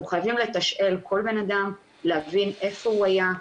אנחנו חייבים לתשאל כל אדם, להבין איפה הוא היה,